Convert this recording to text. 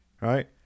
Right